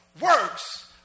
works